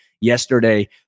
yesterday